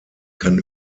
kann